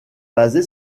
basée